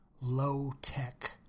low-tech